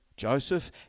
Joseph